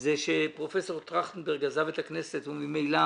הוא שפרופסור טרכטנברג עזב את הכנסת וממילא